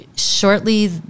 Shortly